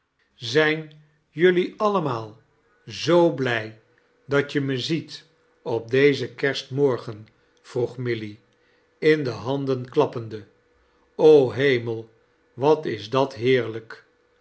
zijn jullie allemaal zoo big dat je me ziet op dezen kerstnlorgen vroeg milly in de handen klappendfi o hemel wat is dat heerlijk